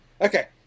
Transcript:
Okay